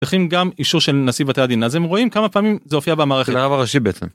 צריכים גם אישור של נשיא בתי הדין אז הם רואים כמה פעמים זה הופיע במערכת.